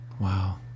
Wow